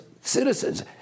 citizens